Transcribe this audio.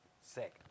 Sick